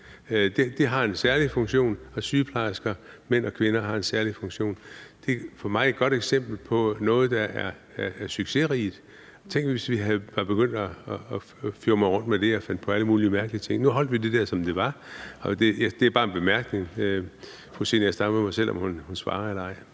det har en særlig funktion, og »sygeplejersker«, hvad enten det er mænd eller kvinder, har også en særlig funktion, og det er for mig et godt eksempel på noget, der er succesrigt. Tænk, hvis vi var begyndte at fjumre rundt med det og finde på alle mulige mærkelige ting, men nu beholdt vi det der, hvor det var, og det er bare en bemærkning, og fru Zenia Stampe må selv om, om hun vil svare på det eller ej.